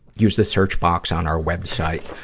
use the search box on our web site.